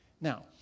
Now